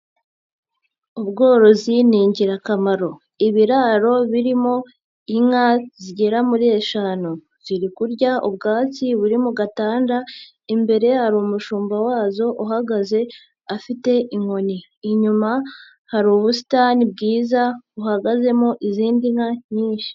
Ubworozi ni ingirakamaro. Ibiraro birimo inka zigera muri eshanu, ziri kurya ubwatsi buri mu gatanda, imbere hari umushumba wazo uhagaze afite inkoni. Inyuma hari ubusitani bwiza buhagazemo izindi nka nyinshi.